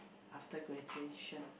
after graduation